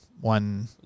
one